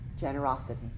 generosity